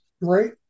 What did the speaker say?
right